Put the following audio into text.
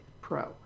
Pro